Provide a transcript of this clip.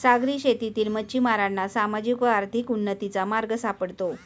सागरी शेतीतील मच्छिमारांना सामाजिक व आर्थिक उन्नतीचा मार्ग सापडतो